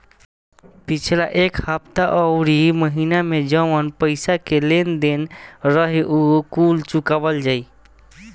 पिछला एक हफ्ता अउरी महीना में जवन पईसा के लेन देन रही उ कुल चुकावल जाई